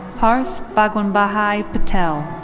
parth bhagwanbhai patel.